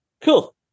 Cool